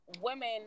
women